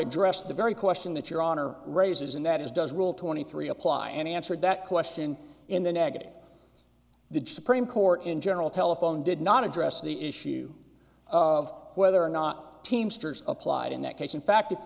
addressed the very question that your honor raises and that is does rule twenty three apply any answered that question in the negative the supreme court in general telephone did not address the issue of whether or not teamsters applied in that case in fact if